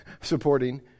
supporting